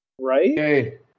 Right